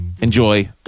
Enjoy